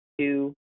two